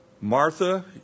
Martha